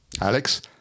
Alex